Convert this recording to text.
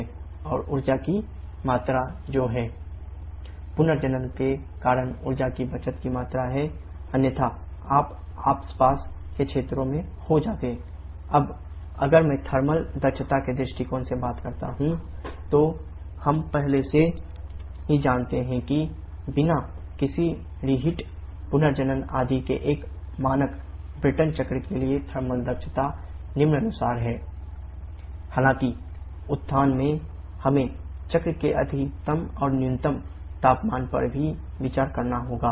और ऊर्जा की मात्रा जो है 𝑚𝑔𝑐𝑝𝑔 पुनर्जनन दक्षता निम्नानुसार है thpBrayton1 1rpk 1k हालांकि उत्थान में हमें चक्र के अधिकतम और न्यूनतम तापमान पर भी विचार करना होगा